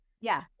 Yes